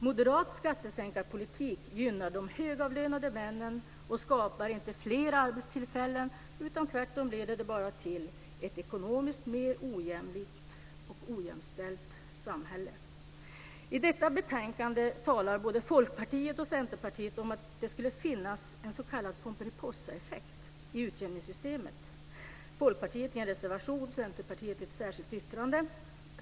Moderat skattesänkarpolitik gynnar de högavlönade männen och skapar inte fler arbetstillfällen utan tvärtom bara leder till ett ekonomiskt mer ojämlikt och ojämställt samhälle. I detta betänkande talar både Folkpartiet och Centerpartiet om att det skulle finnas en s.k. pomperipossaeffekt i utjämningssystemet, Folkpartiet i en reservation och Centerpartiet i ett särskilt yttrande.